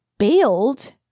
Bailed